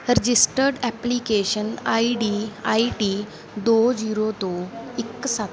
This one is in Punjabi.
ਰਜਿਸਟਰਡ ਐਪਲੀਕੇਸ਼ਨ ਆਈਡੀ ਆਈਡੀ ਦੋ ਜੀਰੋ ਦੋ ਇੱਕ ਸੱਤ